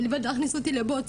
מלבד להכניס אותי לבוץ,